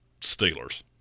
Steelers